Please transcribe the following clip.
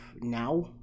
now